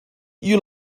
you